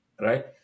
right